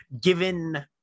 given